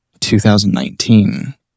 2019